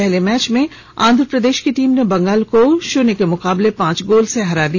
पहले मैच में आंध्र प्रदेश की टीम ने बंगाल को षून्य के मुकाबले पांच गोल से पराजित किया